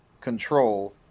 control